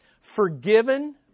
Forgiven